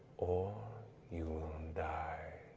or you will um die,